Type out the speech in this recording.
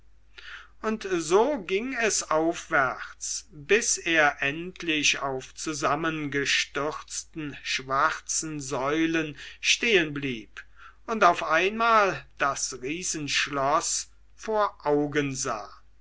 und so ging es aufwärts bis er endlich auf zusammengestürzten schwarzen säulen stehenblieb und auf einmal das riesenschloß vor augen sah